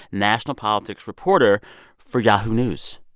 national politics reporter for yahoo news.